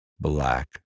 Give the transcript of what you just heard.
black